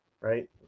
right